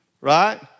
Right